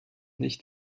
nicht